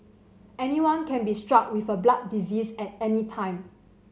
anyone can be struck with a blood disease at any time